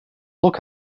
look